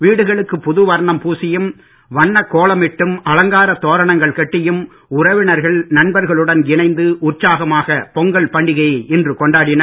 வீடுகளுக்கு புது வர்ணம் பூசியும் வண்ணக் கோலமிட்டும் அலங்காரத் தோரணங்கள் கட்டியும் உறவினர்கள் நண்பர்களுடன் இணைந்து உற்சாகமாக பொங்கல் பண்டிகையை இன்று கொண்டாடினர்